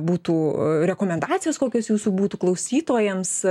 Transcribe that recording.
būtų rekomendacijos kokios jūsų būtų klausytojams